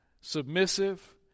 submissive